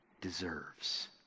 deserves